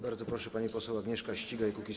Bardzo proszę, pani poseł Agnieszka Ścigaj, Kukiz’15.